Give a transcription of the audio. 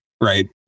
Right